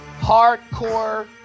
hardcore